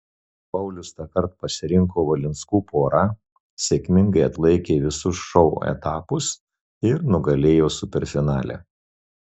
paulius tąkart pasirinko valinskų porą sėkmingai atlaikė visus šou etapus ir nugalėjo superfinale